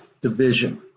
division